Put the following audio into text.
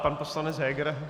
Pan poslanec Heger.